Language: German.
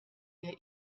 der